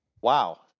Wow